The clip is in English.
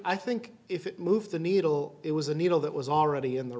i think if it moved the needle it was a needle that was already in the